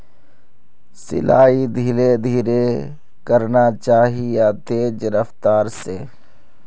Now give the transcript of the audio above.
सिंचाई धीरे धीरे करना चही या तेज रफ्तार से?